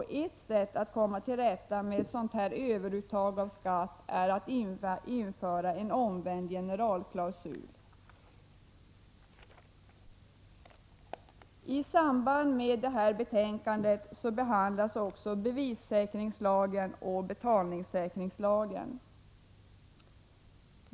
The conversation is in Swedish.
Ett sätt att komma till rätta med ett sådant här överuttag av skatt är att införa en omvänd generalklausul. I detta betänkande behandlas också bevissäkringslagen och betalningssäkringslagen.